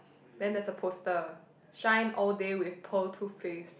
then there's a poster shine all day with pearl toothpaste